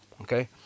Okay